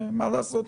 מה לעשות,